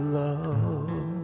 love